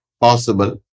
possible